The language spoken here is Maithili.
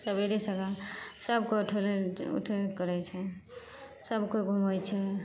सबेरे सकाल सभकोइ उठल उठबे करै छै सभकोइ घुमै छै